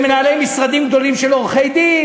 למנהלי משרדים גדולים של עורכי-דין,